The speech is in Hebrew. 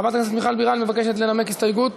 חברת הכנסת מיכל בירן מבקשת לנמק הסתייגות.